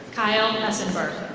kyle essenberg.